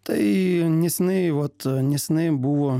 tai nesenai vat nesenai buvo